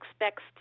expects